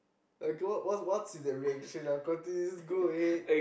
[oh]-god what's what's with that reaction ah continue just go ahead